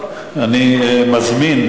אני מזמין,